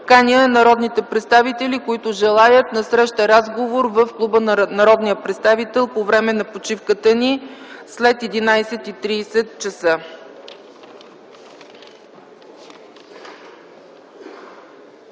Каня народните представители, които желаят, на среща - разговор в Клуба на народния представител по време на почивката ни, след 11,30 ч.